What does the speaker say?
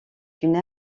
une